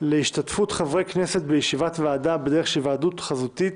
השתתפות חברי כנסת בישיבות ועדה בדרך של היוועדות חזותית.